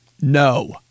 No